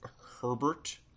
Herbert